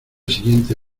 siguiente